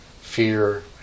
Fear